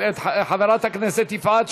(תיקון,